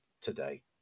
today